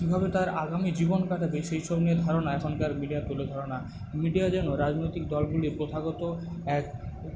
কীভাবে তার আগামী জীবন কাটাবে সেই সব নিয়ে ধারণা এখনকার মিডিয়া তুলে ধরে না মিডিয়া যেন রাজনৈতিক দলগুলির প্রথাগত এক